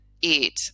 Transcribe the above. eat